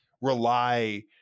rely